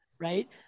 Right